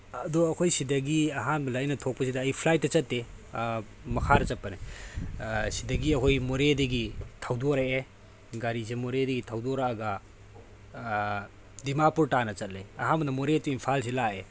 ꯑꯗꯣ ꯑꯩꯈꯣꯏꯁꯤꯗꯒꯤ ꯑꯍꯥꯟꯕꯗ ꯑꯩꯅ ꯊꯣꯛꯄꯁꯤꯗ ꯑꯩ ꯐ꯭ꯂꯥꯏꯠꯇ ꯆꯠꯇꯦ ꯃꯈꯥꯗ ꯆꯠꯄꯅꯦ ꯁꯤꯗꯒꯤ ꯑꯩꯈꯣꯏ ꯃꯣꯔꯦꯗꯒꯤ ꯊꯧꯗꯣꯔꯛꯑꯦ ꯒꯔꯤꯁꯦ ꯃꯣꯔꯦꯗꯒꯤ ꯊꯧꯗꯣꯔꯛꯑꯒ ꯗꯤꯃꯥꯄꯨꯔ ꯇꯥꯟꯅ ꯆꯠꯂꯦ ꯑꯍꯥꯟꯕꯗ ꯃꯣꯔꯦ ꯇꯨ ꯏꯝꯐꯥꯜꯁꯦ ꯂꯥꯛꯑꯦ